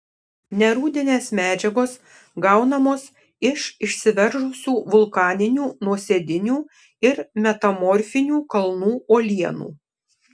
nerūdinės medžiagos gaunamos iš išsiveržusių vulkaninių nuosėdinių ir metamorfinių kalnų uolienų